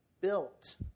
Built